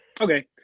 Okay